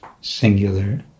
singular